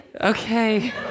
okay